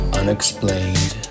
unexplained